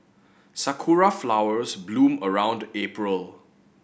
sakura flowers bloom around April